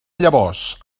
llavors